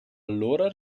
allora